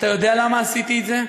אתה יודע למה עשיתי את זה?